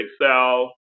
Excel